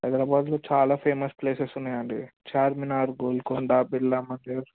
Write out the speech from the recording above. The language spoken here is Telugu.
హైదరాబాద్లో చాలా ఫేమస్ ప్లేసెస్ ఉన్నాయి అండి చార్మినార్ గోల్కొండ బిర్లా మందిర్